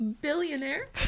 billionaire